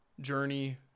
journey